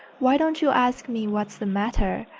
why don't you ask me what's the matter?